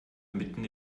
mitten